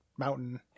mountain